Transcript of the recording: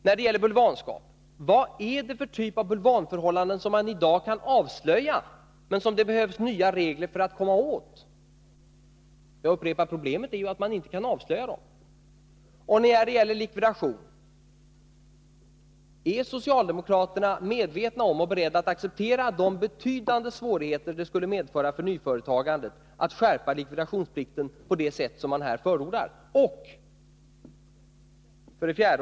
När det gäller bulvanskapet: Vilken typ av bulvanförhållanden är det som man i dag kan avslöja men där det behövs nya regler för att man skall kunna komma åt dessa? Jag upprepar: Problemet är ju att man inte kan avslöja dem. När det gäller likvidation: Är socialdemokraterna medvetna om och beredda att acceptera de betydande svårigheter för nyföretagandet som en skärpning av likvidationsplikten på det sätt som man här förordar skulle medföra?